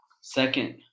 Second